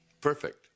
Perfect